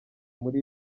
muri